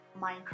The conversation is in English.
Minecraft